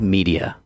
Media